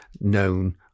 known